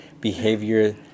behavior